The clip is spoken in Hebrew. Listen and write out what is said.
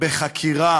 בחקירה